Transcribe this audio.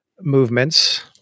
movements